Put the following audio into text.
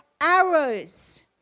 arrows